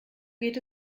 geht